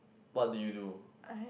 what did you do